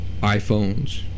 iPhones